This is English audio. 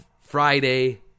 Friday